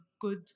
good